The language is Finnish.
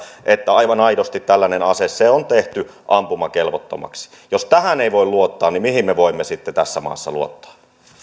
että aivan aidosti tällainen ase on tehty ampumakelvottomaksi jos tähän ei voi luottaa niin mihin me voimme sitten tässä maassa luottaa arvoisa